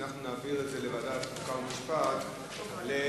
שאנחנו נעביר את זה לוועדת חוקה חוק ומשפט למעקב,